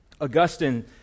Augustine